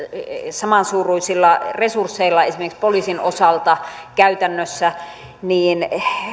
samansuuruisilla resursseilla esimerkiksi poliisin osalta käytännössä niin